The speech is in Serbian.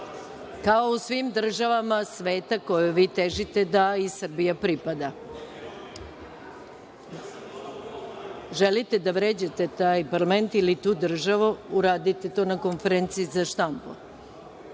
kao i u svim državama sveta kojoj vi težite da i Srbija pripada. Ukoliko želite da vređate taj parlament ili tu državu uradite to na konferenciji za štampu.